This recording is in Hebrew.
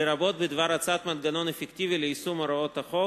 לרבות בדבר הצעת מנגנון אפקטיבי ליישום הוראות החוק